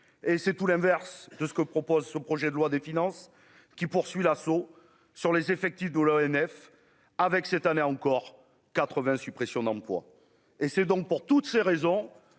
et c'est tout l'inverse de ce que propose ce projet de loi des finances qui poursuit l'assaut sur les effectifs de l'ONF, avec cette année encore 80 suppressions d'emplois et c'est donc pour toutes ces raisons,